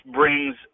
brings